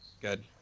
Good